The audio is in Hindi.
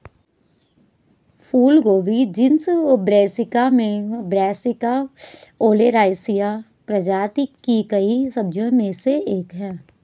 फूलगोभी जीनस ब्रैसिका में ब्रैसिका ओलेरासिया प्रजाति की कई सब्जियों में से एक है